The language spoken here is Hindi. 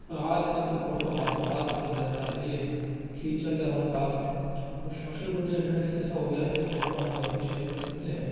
पर आजकल तो फोटो हाथों हाथ मिल जाता है खींचा कि हमारे पास में और सोशल मीडिया इंटरनेट से ऐसा हो गया है कि फोटो आप कहीं भी शेयर कर सकते हैं